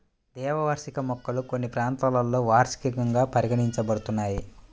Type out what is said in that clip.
ద్వైవార్షిక మొక్కలు కొన్ని ప్రాంతాలలో వార్షికంగా పరిగణించబడుతున్నాయి